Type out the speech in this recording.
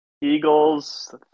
Eagles